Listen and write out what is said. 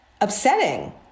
upsetting